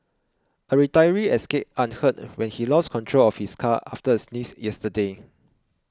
a retiree escaped unhurt when he lost control of his car after a sneeze yesterday